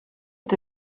est